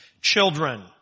children